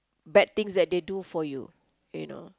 bad things that they do for you you know